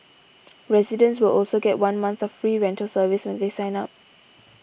residents will also get one month of free rental service when they sign up